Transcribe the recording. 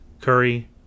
Curry